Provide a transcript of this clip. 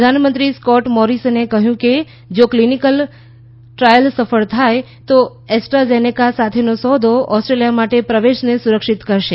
પ્રધાનમંત્રી સ્કોટ મોરિસને કહ્યું કે જો ક્લિનિકલ ટ્રાયલ સફળ થાય તો એસ્ટ્રાઝેનેકા સાથેનો સોદો ઑસ્ટ્રેલિયા માટે પ્રવેશને સુરક્ષિત કરશે